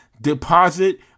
deposit